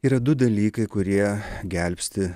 yra du dalykai kurie gelbsti